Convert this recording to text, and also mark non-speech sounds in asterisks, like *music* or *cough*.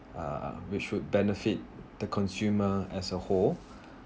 uh we should benefit the consumer as a whole *breath*